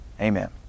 Amen